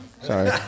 Sorry